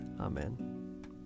Amen